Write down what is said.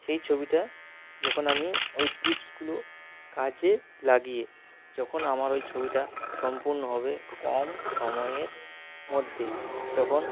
সেই ছবিটা যখন আমি ওই টিপসগুলো কাজে লাগিয়ে যখন আমার ওই ছবিটা সম্পূর্ণ হবে কম সময়ের মধ্যে তখন